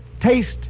Taste